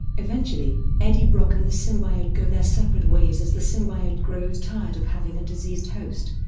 eventually, eddie brock and the symbiote go their separate ways as the symbiote grows tired of having a diseased host